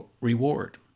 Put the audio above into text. reward